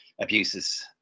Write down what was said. abuses